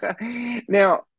now